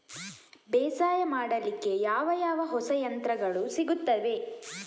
ಬೇಸಾಯ ಮಾಡಲಿಕ್ಕೆ ಯಾವ ಯಾವ ಹೊಸ ಯಂತ್ರಗಳು ಸಿಗುತ್ತವೆ?